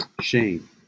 Shane